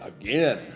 again